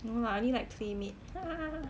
no lah I only like playmade